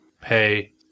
pay